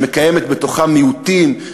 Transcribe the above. שמקיימת בתוכה מיעוטים,